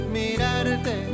mirarte